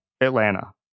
Atlanta